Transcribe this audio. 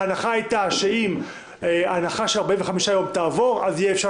ההנחה הייתה שאם ההנחה של 45 יום תעבור אז אפשר